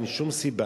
אין שום סיבה,